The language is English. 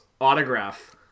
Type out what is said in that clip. autograph